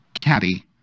Caddy